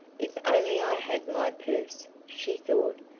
if only i had my purse, she thought,